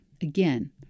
Again